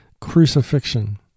crucifixion